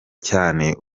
cyane